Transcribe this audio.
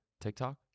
TikTok